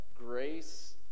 Grace